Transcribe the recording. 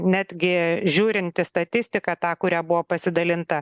netgi žiūrint į statistiką tą kuria buvo pasidalinta